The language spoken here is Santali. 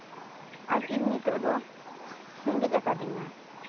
ᱟᱨ ᱤᱧ ᱱᱤᱛᱚᱜ ᱫᱚ ᱨᱮᱸᱜᱮᱡ ᱠᱟᱫᱤᱧᱟ